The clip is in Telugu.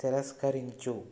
తిరస్కరించు